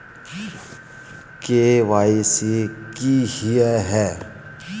KYC की हिये है?